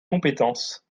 compétences